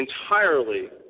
entirely